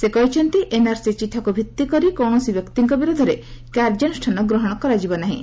ସେ କହିଛନ୍ତି ଏନ୍ଆର୍ସି ଚିଠାକୁ ଭିଭିକରି କୌଣସି ବ୍ୟକ୍ତିଙ୍କ ବିରୋଧରେ କାର୍ଯ୍ୟାନୁଷାନ ଗ୍ରହଣ କରାଯିବ ନାହିଁ